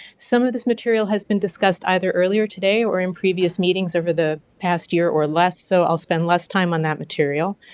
some of this material has been discussed either earlier today or in previous meetings over the past year or less, so i'll spend less time on that material.